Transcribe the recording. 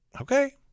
okay